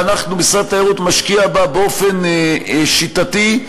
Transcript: שמשרד התיירות משקיע בה באופן שיטתי,